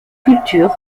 cultures